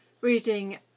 Reading